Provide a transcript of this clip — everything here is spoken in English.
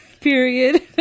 period